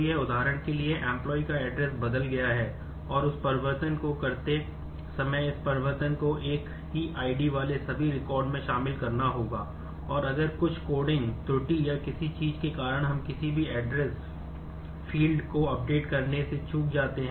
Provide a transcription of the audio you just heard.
इसलिए इसे अपडेट हैं